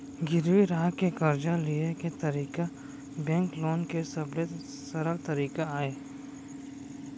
गिरवी राख के करजा लिये के तरीका बेंक लोन के सबले सरल तरीका अय